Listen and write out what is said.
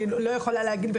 אני לא יכולה להגיד,